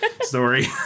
story